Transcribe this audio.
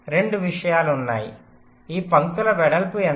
2 విషయాలు ఉన్నాయి ఈ పంక్తుల వెడల్పు ఎంత